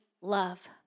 love